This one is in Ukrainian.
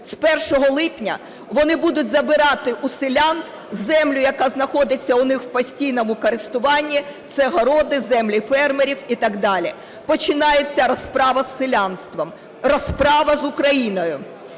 З 1 липня вони будуть забирати у селян землю, яка знаходиться у них в постійному користуванні – це городи, землі фермерів і так далі. Починається розправа з селянством, розправа з Україною.